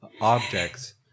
objects